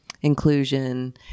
inclusion